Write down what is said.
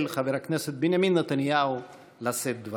חבר הכנסת בנימין נתניהו לשאת דברים.